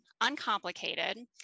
uncomplicated